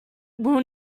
will